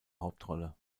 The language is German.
hauptrolle